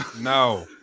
no